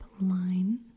line